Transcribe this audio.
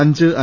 അഞ്ച് ഐ